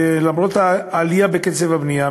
למרות העלייה בקצב הבנייה,